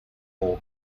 all